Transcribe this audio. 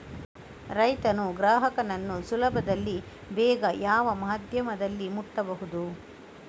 ರೈತನು ಗ್ರಾಹಕನನ್ನು ಸುಲಭದಲ್ಲಿ ಬೇಗ ಯಾವ ಮಾಧ್ಯಮದಲ್ಲಿ ಮುಟ್ಟಬಹುದು?